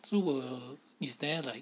so err is there like